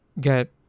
get